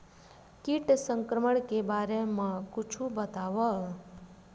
कीट संक्रमण के बारे म कुछु बतावव?